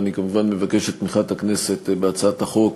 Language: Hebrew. אני כמובן מבקש את תמיכת הכנסת בהצעת החוק